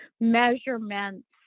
measurements